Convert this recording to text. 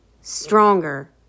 stronger